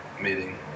meeting